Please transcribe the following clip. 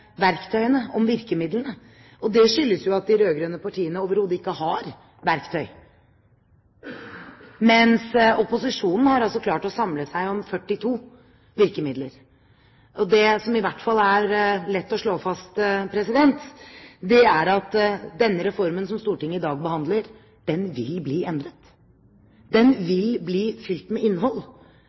om virkemidlene. Det skyldes jo at de rød-grønne partiene overhodet ikke har verktøy, mens opposisjonen altså har klart å samle seg om 42 virkemidler. Det som i hvert fall er lett å slå fast, er at den reformen som Stortinget i dag behandler, vil bli endret. Den vil bli fylt med innhold,